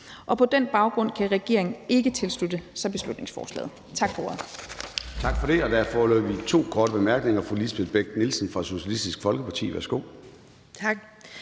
På den baggrund kan regeringen ikke tilslutte sig beslutningsforslaget.